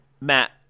Matt